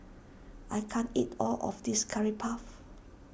I can't eat all of this Curry Puff